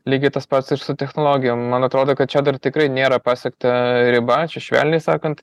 lygiai tas pats ir su technologijom man atrodo kad čia dar tikrai nėra pasiekta riba čia švelniai sakant